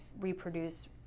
reproduce